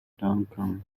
duncan